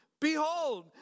Behold